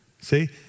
See